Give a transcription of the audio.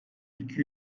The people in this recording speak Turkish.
iki